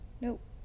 Nope